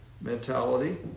mentality